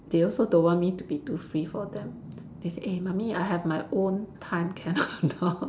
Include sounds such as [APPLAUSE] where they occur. they also don't want me to be too free for them they say eh mummy I have my own time can or not [LAUGHS]